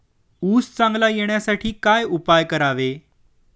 ऊस चांगला येण्यासाठी काय उपाय करावे?